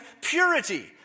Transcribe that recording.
purity